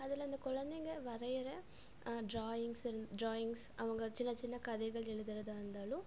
அதில் அந்த குழந்தைங்க வரைகிற ட்ராயிங்ஸ் ட்ராயிங்ஸ் அவங்க சின்ன சின்ன கதைகள் எழுதுறதாக இருந்தாலும்